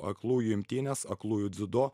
aklųjų imtynės aklųjų dziudo